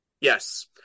Yes